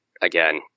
again